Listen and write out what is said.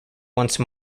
once